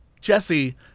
Jesse